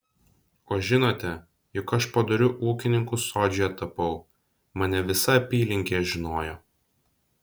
o žinote juk aš padoriu ūkininku sodžiuje tapau mane visa apylinkė žinojo